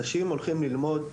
אנשים הולכים ללמוד,